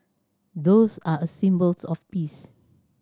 doves are a symbols of peace